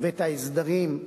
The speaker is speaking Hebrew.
ואת ההסדרים,